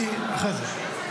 אחרי זה,